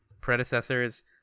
predecessors